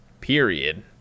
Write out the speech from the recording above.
period